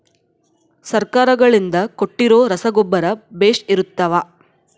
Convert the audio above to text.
ಸರ್ಕಾರಗಳಿಂದ ಕೊಟ್ಟಿರೊ ರಸಗೊಬ್ಬರ ಬೇಷ್ ಇರುತ್ತವಾ?